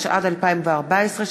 התשע"ד 2014,